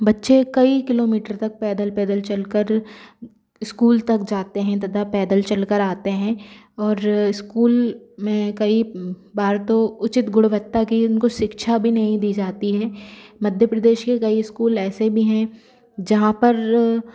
बच्चे कई किलोमीटर तक पैदल पैदल चलकर इस्कूल तक जाते हैं तथा पैदल चलकर आते हैं और इस्कूल में कई बार तो उचित गुणवत्ता की उनको शिक्षा भी नहीं दी जाती है मध्य प्रदेश के कई इस्कूल ऐसे भी हैं जहाँ पर